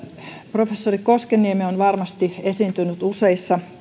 professori koskenniemi on varmasti esiintynyt useissa